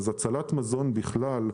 אז הצלת מזון בכלל,